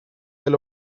del